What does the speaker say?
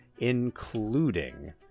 including